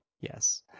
Yes